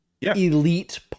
elite